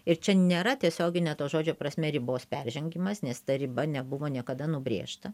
ir čia nėra tiesiogine to žodžio prasme ribos peržengimas nes ta riba nebuvo niekada nubrėžta